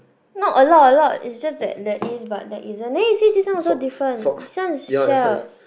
not a lot a lot is just that there is but there isn't see this one also different this one is shells